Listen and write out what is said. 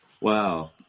Wow